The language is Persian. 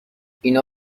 اینا